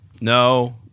No